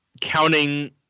counting